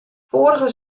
foarige